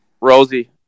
Rosie